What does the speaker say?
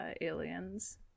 aliens